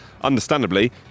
Understandably